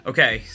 Okay